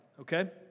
okay